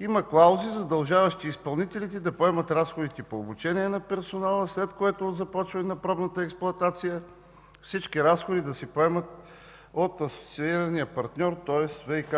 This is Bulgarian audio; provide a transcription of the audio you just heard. има клаузи, задължаващи изпълнителите да поемат разходите по обучение на персонала, след което от започване на пробната експлоатация всички разходи да се поемат от асоциирания партньор, тоест от ВиК